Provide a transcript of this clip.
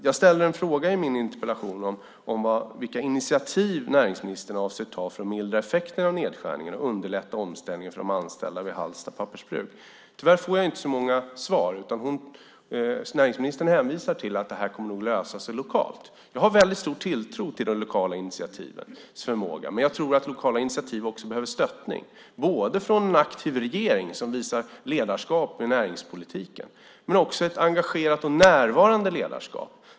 Jag ställde en fråga om vilka initiativ näringsministern avser att ta för att mildra effekten av nedskärningen och underlätta omställningen för de anställda vid Hallsta pappersbruk. Tyvärr får jag inte så många svar. Näringsministern hänvisar till att detta kommer att lösas lokalt. Jag har stor tilltro till den lokala initiativförmågan. Jag tror dock att lokala initiativ behöver stöttning från en aktiv regering som visar ledarskap i näringspolitiken och från ett engagerat och närvarande ledarskap.